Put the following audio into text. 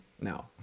now